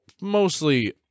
mostly